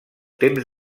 temps